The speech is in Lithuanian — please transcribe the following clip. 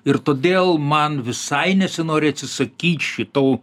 ir todėl man visai nesinori atsisakyt šitų